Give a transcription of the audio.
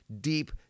deep